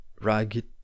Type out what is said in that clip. ragged